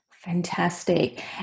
Fantastic